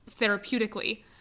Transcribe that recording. therapeutically